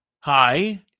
hi